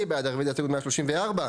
מי בעד רביזיה להסתייגות מספר 137?